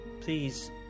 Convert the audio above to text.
Please